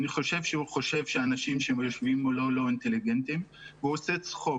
אולי הוא חושב שהאנשים שיושבים מולו לא אינטליגנטים והוא עושה צחוק.